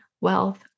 wealth